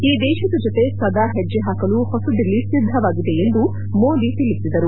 ಈ ದೇಶದ ಜತೆ ಸದಾ ಹೆಜ್ಜೆ ಹಾಕಲು ಹೊಸದಿಲ್ಲಿ ಸಿದ್ದವಾಗಿದೆ ಎಂದು ಮೋದಿ ತಿಳಿಸಿದರು